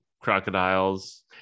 crocodiles